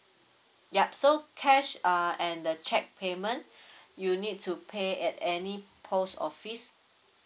ya so cash uh and the cheque payment you need to pay at any post office